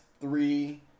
three